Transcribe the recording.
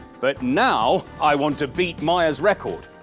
but now i want to beat mya's record!